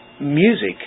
music